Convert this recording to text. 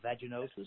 vaginosis